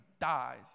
dies